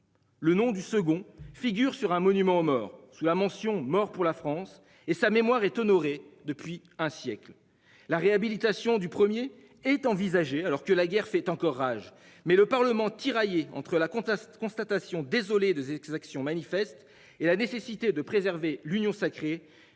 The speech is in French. Le nom du second figurent sur un monument aux morts sous la mention Mort pour la France et sa mémoire est honorée depuis un siècle la réhabilitation du premier est envisagée, alors que la guerre fait encore rage. Mais le Parlement tiraillée entre la compta cette constatation désolée des exactions manifeste et la nécessité de préserver l'union sacrée